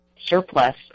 surplus